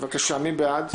בבקשה, מי בעד?